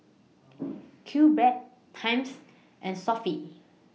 Q Bread Times and Sofy